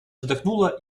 вздохнула